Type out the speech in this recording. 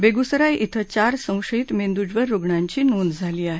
बेगुसराय चार संशयित मेंदूज्वर रुग्णांची नोंद झाली आहे